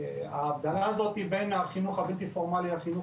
ההבדלה הזאת בין החינוך הפורמלי לחינוך